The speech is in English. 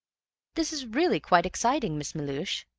this is really quite exciting, miss melhuish,